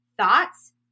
thoughts